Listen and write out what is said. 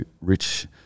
Rich